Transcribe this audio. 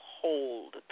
hold